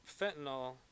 fentanyl